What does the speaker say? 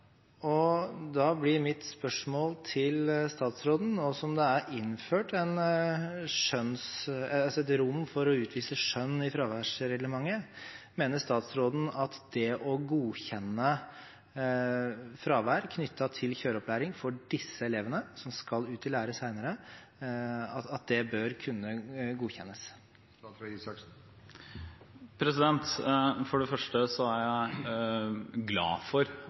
lærlinger. Da blir mitt spørsmål til statsråden, nå som det er innført et rom for å utvise skjønn i fraværsreglementet: Mener statsråden at det å godkjenne fravær knyttet til kjøreopplæring for disse elevene som skal ut i lære senere, bør kunne godkjennes? For det første er jeg glad for